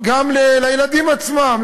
גם לילדים עצמם,